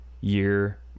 year